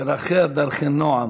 "דרכיה דרכי נֹעם